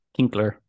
Kinkler